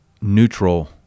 neutral